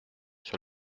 sur